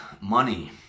money